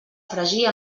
fregir